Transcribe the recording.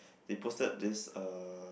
they posted this uh